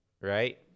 Right